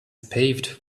paved